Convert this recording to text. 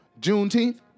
Juneteenth